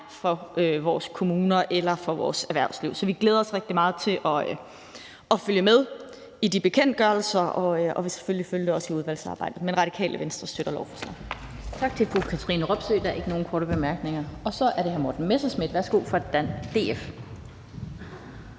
for vores kommuner eller for vores erhvervsliv. Så vi glæder os rigtig meget til at følge med i de bekendtgørelser og vil selvfølgelig også følge det i udvalgsarbejdet. Radikale Venstre støtter lovforslaget. Kl. 13:16 Den fg. formand (Annette Lind): Tak til fru Katrine Robsøe. Der er ikke nogen korte bemærkninger. Så er det hr. Morten Messerschmidt fra DF.